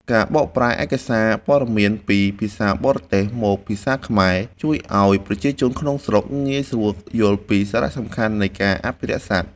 ការបកប្រែឯកសារព័ត៌មានពីភាសាបរទេសមកភាសាខ្មែរ ជួយឱ្យប្រជាជនក្នុងស្រុកងាយស្រួលយល់ពីសារៈសំខាន់នៃការអភិរក្សសត្វ។